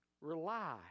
Rely